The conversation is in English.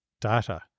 data